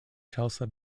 chelsea